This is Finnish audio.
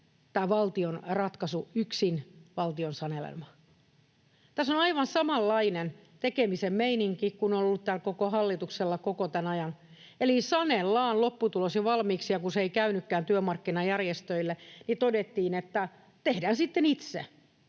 tämä valtion ratkaisu yksin valtion sanelemaan? Tässä on aivan samanlainen tekemisen meininki kuin on ollut tällä koko hallituksella koko tämän ajan, eli sanellaan lopputulos jo valmiiksi, ja kun se ei käynytkään työmarkkinajärjestöille, todettiin, että tehdään sitten itse.